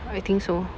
I think so